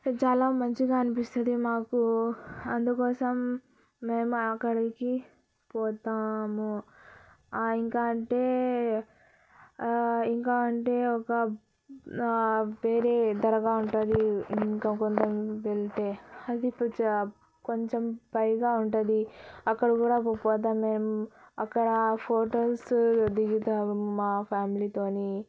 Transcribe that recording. చాలా మంచిగా అనిపిస్తుంది మాకు అందుకోసం మేము అక్కడికి పోతాము ఆ ఇంకా అంటే ఇంకా అంటే ఒక వేరే దర్గా ఉంటుంది ఇంకా కొంచం వెళితే అది కొంచెం పైగా ఉంటుంది అక్కడ కూడా పోతాం మేము అక్కడ ఫొటోస్ దిగుతాము మా ఫ్యామిలీతో